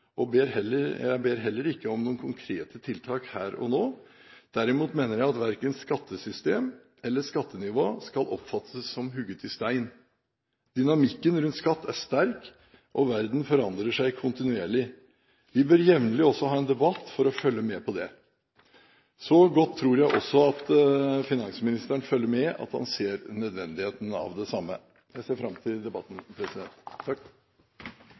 Jeg ber ikke om noen konkrete tiltak her og nå, derimot mener jeg at verken skattesystem eller skattenivå skal oppfattes som hugget i stein. Dynamikken rundt skatt er sterk, og verden forandrer seg kontinuerlig. Vi bør også jevnlig ha en debatt for å følge med på det. Så godt tror jeg også at finansministeren følger med, at han ser nødvendigheten av det samme. Jeg ser fram til debatten.